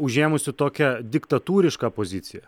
užėmusi tokią diktatūrišką poziciją